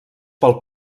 pel